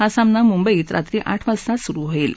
हा सामना मुंबईत रात्री आठ वाजता सुरु होईल